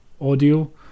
audio